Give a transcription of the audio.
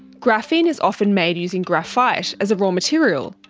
graphene is often made using graphite as a raw material,